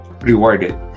rewarded